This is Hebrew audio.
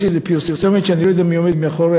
יש איזה פרסומת שאני לא יודע מי עומד מאחוריה,